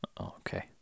okay